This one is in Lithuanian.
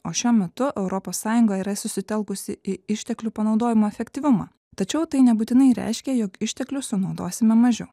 o šiuo metu europos sąjunga yra susitelkusi į išteklių panaudojimo efektyvumą tačiau tai nebūtinai reiškia jog išteklių sunaudosime mažiau